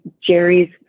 Jerry's